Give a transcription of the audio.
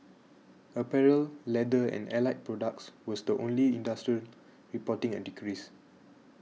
apparel leather and allied products was the only industry reporting a decrease